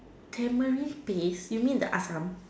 turmeric paste you mean the assam